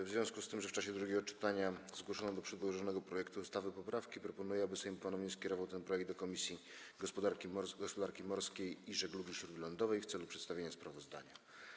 W związku z tym, że w czasie drugiego czytania zgłoszono do przedłożonego projektu ustawy poprawki, proponuję, aby Sejm ponownie skierował ten projektu do Komisji Gospodarki Morskiej i Żeglugi Śródlądowej w celu przedstawienia sprawozdania.